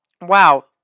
Wow